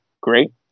Great